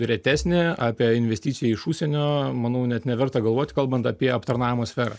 retesnė apie investiciją iš užsienio manau net neverta galvot kalbant apie aptarnavimo sferą